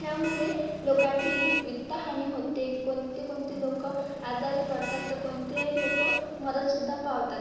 त्यामुळे लोकांची वित्तहानी होते कोणते कोणते लोक आजारी पडतात तर कोणते लोक मरण सुद्धा पावतात